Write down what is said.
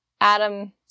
Adam